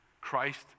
Christ